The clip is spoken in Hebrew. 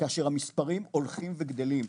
כאשר המספרים הולכים וגדלים,